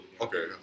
Okay